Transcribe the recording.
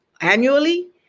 annually